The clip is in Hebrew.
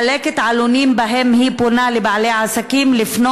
מחלקת עלונים שבהם היא פונה לבעלי העסקים שיפנו